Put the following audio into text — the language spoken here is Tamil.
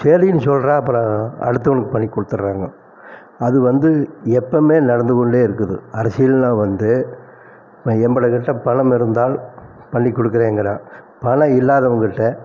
சரின்னு சொல்றான் அப்பறம் அடுத்தவங்களுக்கு பண்ணி கொடுத்துட்றாங்க அது வந்து எப்பவுமே நடந்து கொண்டே இருக்குது அரசியல்ல வந்து நம்மள கிட்ட பணம் இருந்தால் பண்ணி கொடுக்குறேங்குறான் பணம் இல்லாதவங்ககிட்ட